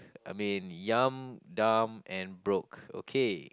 I mean young dumb and broke okay